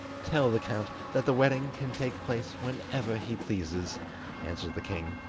tell the count that the wedding can take place whenever he pleases answered the king,